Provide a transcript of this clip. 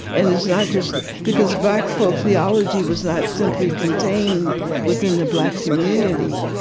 and it's not just because black folk theology was not simply contained within the black community.